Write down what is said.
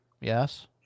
Yes